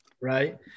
right